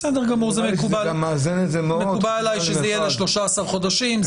בסדר גמור, מקובל עליי שזה יהיה ל-13 חודשים.